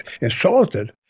insulted